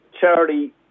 Charity